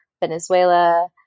Venezuela